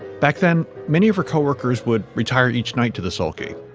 back then, many of her co-workers would retire each night to the sulking,